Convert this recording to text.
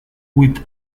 with